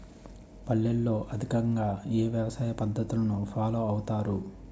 పల్లెల్లో అధికంగా ఏ వ్యవసాయ పద్ధతులను ఫాలో అవతారు?